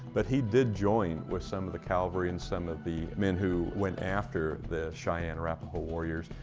but he did join with some of the cavalry and some of the men who went after the cheyenne-arapaho warriors.